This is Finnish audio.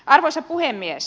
arvoisa puhemies